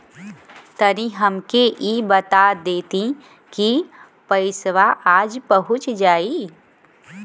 तनि हमके इ बता देती की पइसवा आज पहुँच जाई?